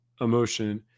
emotion